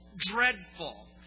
dreadful